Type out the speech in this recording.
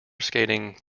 skating